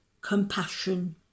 compassion